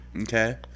Okay